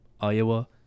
Iowa